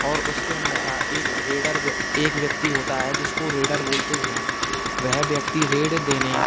और उसके अन्यतः एक रेडर एक व्यक्ति होता है जिसको रेडर बोलते हैं वह व्यक्ति रेड देने